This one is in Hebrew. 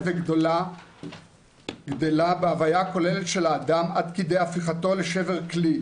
וגדלה בהוויה הכוללת של האדם עד כדי הפיכתו לשבר כלי,